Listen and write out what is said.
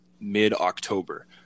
mid-October